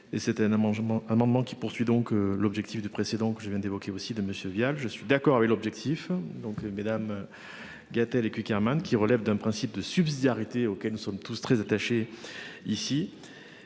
un amendement qui poursuit donc l'objectif de précédents que je viens d'évoquer aussi de monsieur Vial, je suis d'accord avec l'objectif donc mesdames. Gatel Cukierman qui relève d'un principe de subsidiarité auquel nous sommes tous très attachés ici